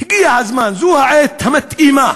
הגיע הזמן, זו העת המתאימה,